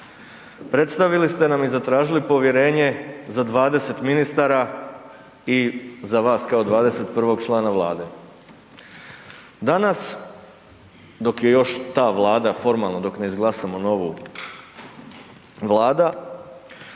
Predstavili ste nam i zatražili povjerenje za 20 ministara i za vas kao 21. člana vlade. Danas dok je još ta vlada formalno dok ne izglasamo novu vladu,